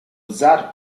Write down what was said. zar